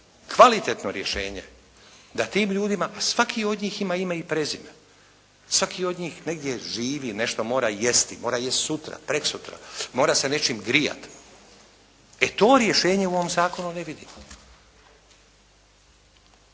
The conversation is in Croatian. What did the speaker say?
kvalitetno rješenje da tim ljudima a svaki od njih ima ime i prezime, svaki od njih negdje živi, nešto mora jesti, mora jesti sutra, prekosutra, mora se nečim grijati. To rješenje u ovom zakonu ne vidimo.